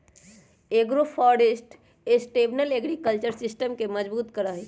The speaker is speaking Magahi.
एग्रोफोरेस्ट्री सस्टेनेबल एग्रीकल्चर सिस्टम के मजबूत करा हई